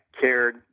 cared